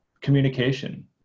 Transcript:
communication